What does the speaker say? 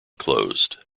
closed